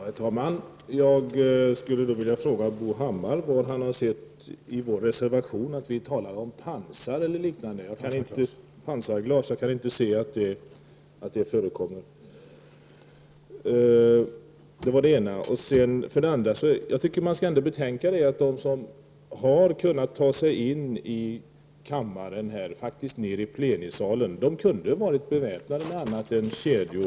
Herr talman! Jag skulle vilja fråga Bo Hammar var någonstans i vår reservation som det står något om pansarglas eller liknande. Jag kan inte se att det förekommer. Jag tycker ändå att man skall tänka på att de som kunde ta sig in i huset och in i plenisalen hade kunnat vara beväpnade med något annat än kedjor.